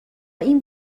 این